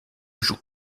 joue